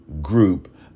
group